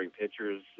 pitchers